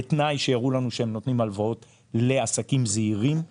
בתנאי שהם יראו לנו שהם נותנים הלוואות לעסקים זעירים וקטנים,